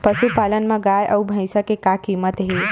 पशुपालन मा गाय अउ भंइसा के का कीमत हे?